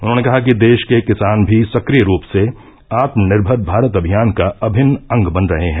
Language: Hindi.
उन्होंने कहा कि देश के किसान भी सक्रिय रूप से आत्मनिर्भर भारत अभियान का अभिन्न अंग बन रहे हैं